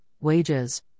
wages